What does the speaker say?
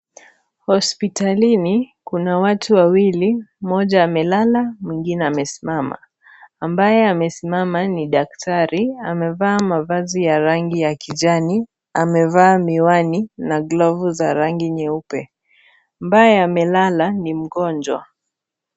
Hosipitalini. Kuna watu wawili, mmoja amelala, mwingine amesimama. Ambaye amesimama ni daktari. Amevaa mavazi ya rangi ya kijani. Amevaa miwani na glove za rangi nyeupe. Ambaye amelala, ni mgonjwa.